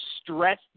stress